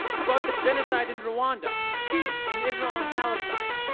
about the genocide in rwanda. peace in israel and palestine.